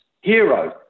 hero